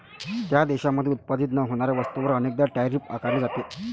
त्या देशात उत्पादित न होणाऱ्या वस्तूंवर अनेकदा टैरिफ आकारले जाते